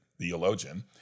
theologian